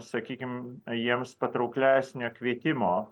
sakykim jiems patrauklesnio kvietimo